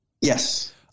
Yes